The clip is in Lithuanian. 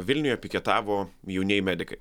vilniuje piketavo jaunieji medikai